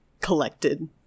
collected